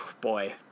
Boy